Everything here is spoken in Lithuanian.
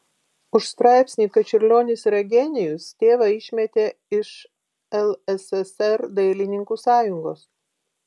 už straipsnį kad čiurlionis yra genijus tėvą išmetė iš lssr dailininkų sąjungos